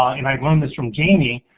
and i learned this from jamie,